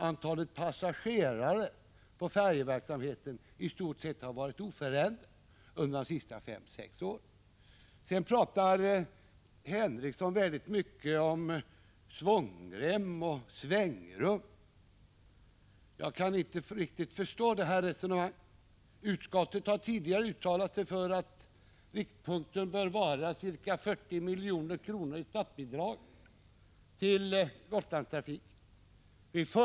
Antalet passagerare i färjeverksamheten har i stort sett varit oförändrat under de senaste fem sex åren. Sven Henricsson pratar mycket om svångrem och svängrum. Jag kan inte riktigt förstå det resonemanget. Utskottet har tidigare uttalat sig för att riktpunkten bör vara ca 40 milj.kr. i statsbidrag till Gotlandstrafiken. Vi Prot.